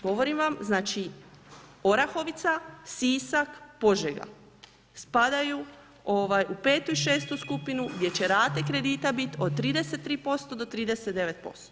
Govorim vam znači, Orahovica, Sisak, Požega spadaju u 5. i 6. skupinu gdje će rate kredita biti od 33-39%